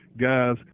guys –